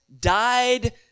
died